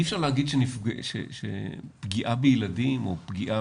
אי אפשר להגיד שפגיעה בילדים או פגיעה